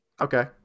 Okay